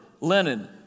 Lenin